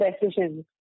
decisions